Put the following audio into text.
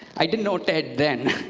i didn't know ted then,